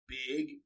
big